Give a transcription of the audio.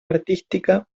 artística